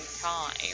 time